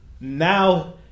now